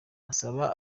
basaba